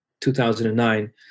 2009